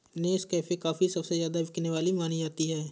Nescafe coffee सबसे ज्यादा बिकने वाली मानी जाती है